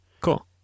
Cool